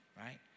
right